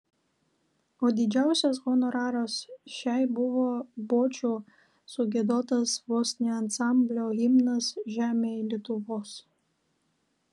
o didžiausias honoraras šiai buvo bočių sugiedotas vos ne ansamblio himnas žemėj lietuvos